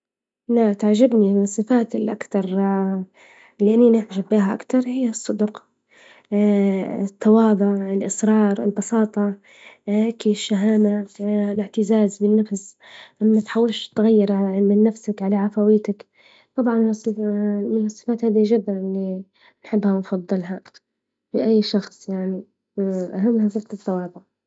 لا تعجبني من الصفات الاكثر لاني نعجب بها اكترهي الصدق، اه التواضع الاصرار البساطة اه كي الشهامة اه الاعتزاز بالنفس.، ما تحاولش تغيرعلم النفس على عفويتك. طبعا من الصفات هذي جدا اللي بنحبها نفضلها في أي شخص يعني أهمها فترة التوابع.